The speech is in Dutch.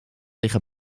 liggen